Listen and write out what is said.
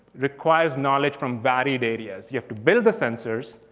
requires knowledge from various areas. you have to build the sensors,